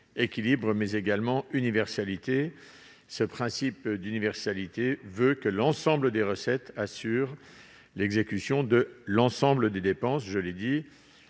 l'équilibre, mais également l'universalité. Le principe d'universalité implique que l'ensemble des recettes assure l'exécution de l'ensemble des dépenses. L'adoption